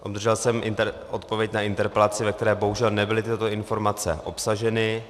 Obdržel jsem odpověď na interpelaci, ve které bohužel nebyly tyto informace obsaženy.